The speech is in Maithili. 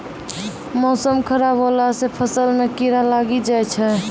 मौसम खराब हौला से फ़सल मे कीड़ा लागी जाय छै?